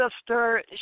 sister